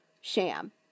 sham